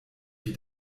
wie